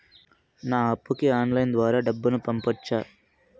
నా అప్పుకి ఆన్లైన్ ద్వారా డబ్బును పంపొచ్చా